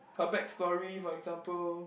her backstory for example